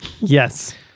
Yes